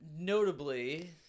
Notably